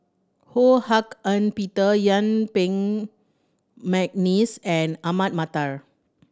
Ho Hak Ean Peter Yuen Peng McNeice and Ahmad Mattar